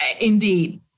Indeed